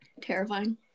Terrifying